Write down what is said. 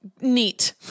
Neat